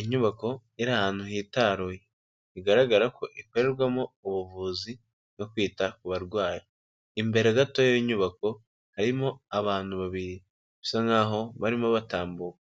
Inyubako iri ahantu hitaruye, bigaragara ko ikorerwamo ubuvuzi bwo kwita ku barwayi, imbere gatoya y'iyo nyubako harimo abantu babiri bisa nk'aho barimo batambuka,